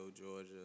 Georgia